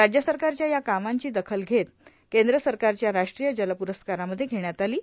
राज्य सरकारच्या या कामाची दखल केंद्र सरकारच्या राष्ट्रीय जल प्रस्कारामध्ये घेण्यात आली आहे